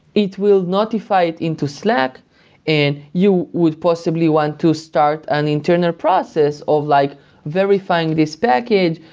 it will notify it into slack and you would possibly want to start an internal process of like verifying this package,